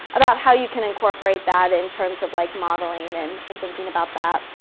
about how you can incorporate that in terms of like modeling and and thinking about that.